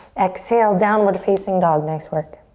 exhale, downward facing dog, nice work.